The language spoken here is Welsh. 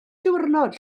diwrnod